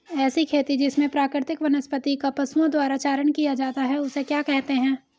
ऐसी खेती जिसमें प्राकृतिक वनस्पति का पशुओं द्वारा चारण किया जाता है उसे क्या कहते हैं?